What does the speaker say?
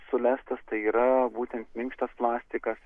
sulestas tai yra būtent minkštas plastikas